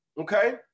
Okay